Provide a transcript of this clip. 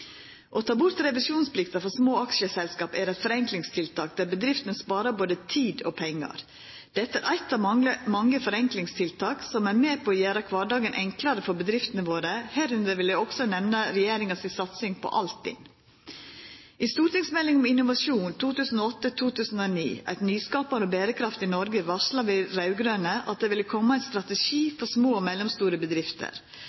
Å ta bort revisjonsplikta for små aksjeselskap er eit forenklingstiltak, der bedriftene sparar både tid og pengar. Dette er eit av mange forenklingstiltak som er med på å gjera kvardagen enklare for bedriftene våre. Under dette vil eg òg nemna regjeringas satsing på Altinn. I stortingsmeldinga om innovasjon, St.meld. nr. 7 for 2008–2009 Et nyskapende og bærekraftig Norge, varsla vi raud-grøne at det ville kome ein